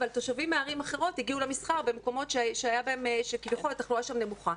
אבל תושבים מערים אחרות הגיעו למסחר במקומות שכביכול התחלואה שם נמוכה.